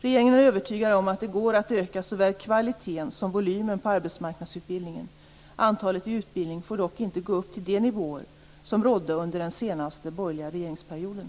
Regeringen är övertygad om att det går att öka såväl kvaliteten som volymen på arbetsmarknadsutbildningen. Antalet i utbildning får dock inte gå upp till de nivåer som rådde under den senaste borgerliga regeringsperioden.